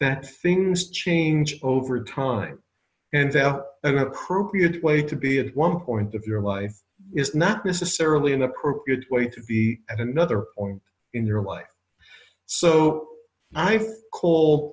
that things change over time in an appropriate way to be at one point of your life is not necessarily an appropriate way to be at another point in your life so i